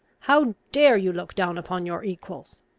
how dare you look down upon your equals?